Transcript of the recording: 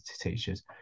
teachers